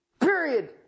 period